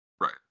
right